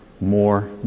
more